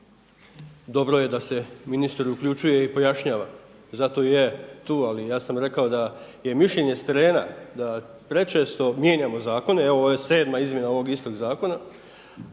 Dobro je da se ministar uključuje i pojašnjava, zato i je tu. Ali ja sam rekao da je mišljenje s terena da prečesto mijenjamo zakone, evo ovo je 7. izmjena ovog istog zakona,